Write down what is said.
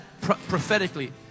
prophetically